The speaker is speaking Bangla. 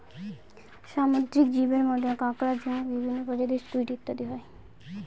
সামুদ্রিক জীবের মধ্যে কাঁকড়া, ঝিনুক, বিভিন্ন প্রজাতির স্কুইড ইত্যাদি হয়